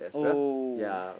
oh